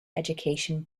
education